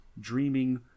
dreaming